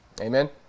Amen